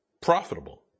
Profitable